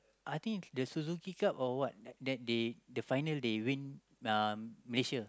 I think the Suzuki-Cup or what that day the final day win uh Malaysia